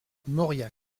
mauriac